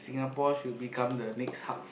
Singapore should become the next hub